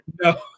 No